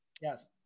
Yes